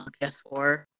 PS4